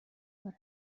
دارد